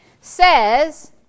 says